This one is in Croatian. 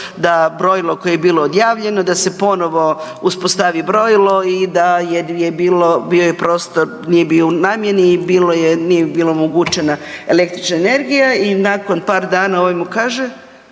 da brojilo koje je bilo odjavljeno da se ponovno uspostavi brojilo i da jer je bilo, bio je prostor nije bio unamljen i bilo je, nije bilo omogućena električna energija i nakon par dana ovaj mu kaže,